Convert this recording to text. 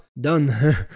done